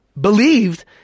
believed